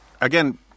Again